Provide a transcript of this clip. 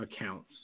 accounts